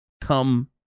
come